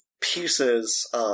pieces